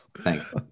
Thanks